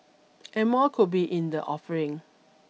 and more could be in the offering